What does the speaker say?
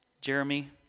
Jeremy